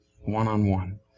One-on-one